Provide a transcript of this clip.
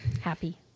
happy